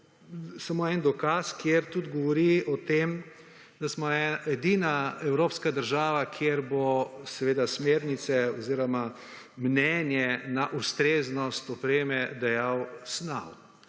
samo en dokaz, kjer govori tudi o tem, da smo edina evropska država, kjer bo seveda smernice oziroma mnenje na ustreznost opreme dajal SNAV